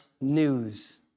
news